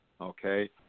okay